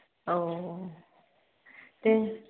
औऔ दे